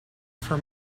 for